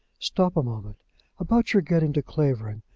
stop a moment about your getting to clavering.